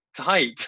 tight